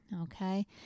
Okay